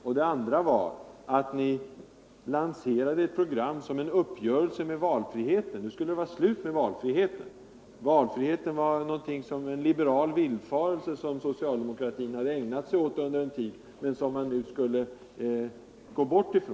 För det andra lanserade ni ett program som var en uppgörelse med valfriheten. Det skulle vara slut på valfriheten. Den var en liberal villfarelse, som socialdemokratin en tid hade hemfallit åt, men som man nu skulle ta sig 79 ur.